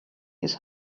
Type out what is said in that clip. his